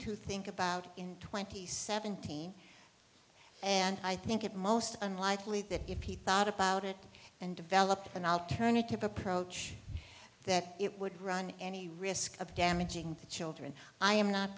to think about in twenty seventeen and i think it most unlikely that if he thought about it and developed an alternative approach that it would run any risk of damaging children i am not